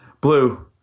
Blue